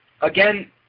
Again